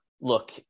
look